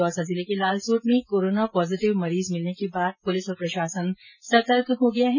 दौसा जिले के लालसोट में कोरोना पॉजिटिव मरीज मिलने के बाद पुलिस और प्रशासन सतर्क हो गया है